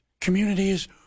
communities